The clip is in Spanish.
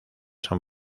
son